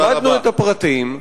למדנו את הפרטים,